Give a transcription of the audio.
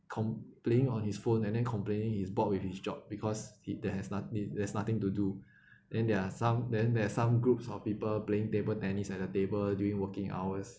complaining on his phone and then complaining he is bored with his job because he there has not there's nothing to do then there are some then there's some group of people playing table tennis at the table during working hours